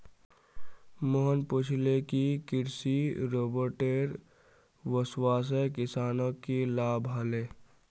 मोहन पूछले कि कृषि रोबोटेर वस्वासे किसानक की लाभ ह ले